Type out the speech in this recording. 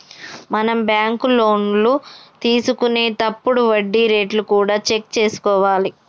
మనం బ్యాంకు లోన్లు తీసుకొనేతప్పుడు వడ్డీ రేట్లు కూడా చెక్ చేసుకోవాలి